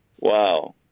wow